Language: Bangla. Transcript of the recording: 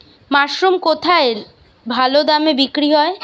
মাসরুম কেথায় ভালোদামে বিক্রয় হয়?